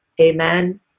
Amen